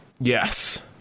Yes